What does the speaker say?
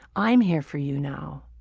i'm here for you now.